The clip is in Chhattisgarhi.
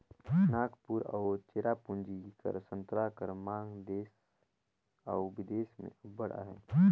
नांगपुर अउ चेरापूंजी कर संतरा कर मांग देस अउ बिदेस में अब्बड़ अहे